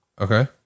Okay